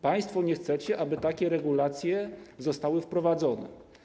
Państwo nie chcecie, aby takie regulacje zostały wprowadzone.